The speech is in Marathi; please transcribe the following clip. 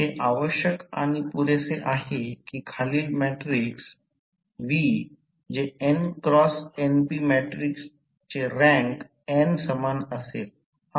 हे आवश्यक आणि पुरेसे आहे की खालील मॅट्रिक्स V जे n x np मॅट्रिक्सचे रँक n समान असेल